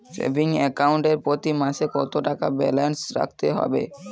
Savings account এ প্রতি মাসে কতো টাকা ব্যালান্স রাখতে হবে?